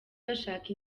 bashaka